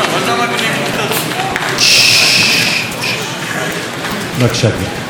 בבקשה, גברתי.